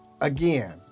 again